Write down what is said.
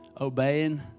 obeying